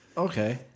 Okay